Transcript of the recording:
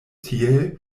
tiel